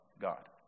God